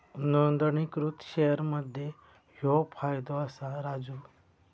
नोंदणीकृत शेअर मध्ये ह्यो फायदो असा राजू